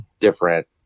different